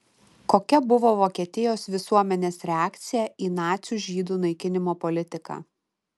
kokia buvo vokietijos visuomenės reakcija į nacių žydų naikinimo politiką